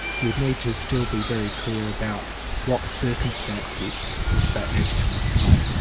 you'd need to still be very clear about what circumstances does that need to come into play.